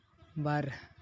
ᱵᱟᱨ